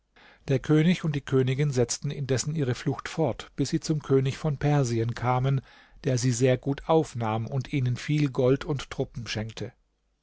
der könig und die königin setzten indessen ihre flucht fort bis sie zum könig von persien kamen der sie sehr gut aufnahm und ihnen viel gold und truppen schenkte